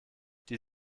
die